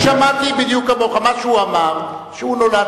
שמעתי בדיוק כמוך מה שהוא אמר: שהוא נולד